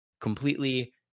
completely